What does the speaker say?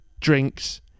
drinks